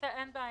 בסדר, אין בעיה.